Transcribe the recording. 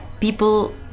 people